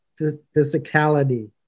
physicality